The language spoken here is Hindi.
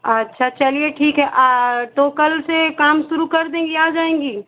अच्छा चलिए ठीक है तो कल से काम शुरू कर देंगी आ जाएँगी